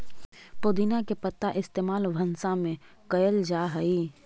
पुदीना के पत्ता के इस्तेमाल भंसा में कएल जा हई